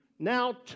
Now